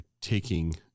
taking